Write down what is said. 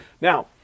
Now